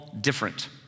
different